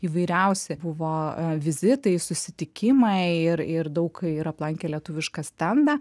įvairiausi buvo vizitai susitikimai ir ir daug ir aplankė lietuvišką stendą